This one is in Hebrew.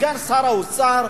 סגן שר האוצר,